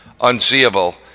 unseeable